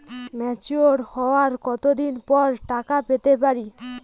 Mature হওয়ার কত দিন পর টাকা পেতে পারি?